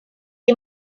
and